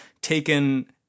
taken